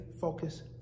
focus